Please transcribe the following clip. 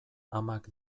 amak